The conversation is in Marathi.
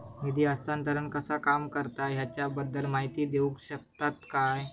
निधी हस्तांतरण कसा काम करता ह्याच्या बद्दल माहिती दिउक शकतात काय?